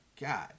God